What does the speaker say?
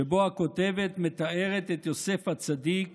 שבו הכותבת מתארת את יוסף הצדיק